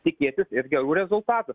tikėtis ir gerų rezultatų